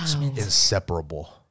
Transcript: inseparable